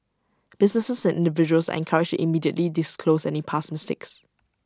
businesses and individuals are encouraged immediately disclose any past mistakes